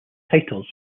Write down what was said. titles